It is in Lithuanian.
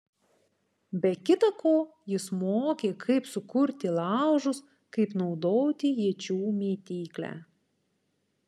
be kita ko jis mokė kaip sukurti laužus kaip naudoti iečių mėtyklę